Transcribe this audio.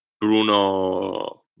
bruno